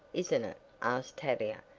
isn't it? asked tavia,